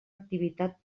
activitat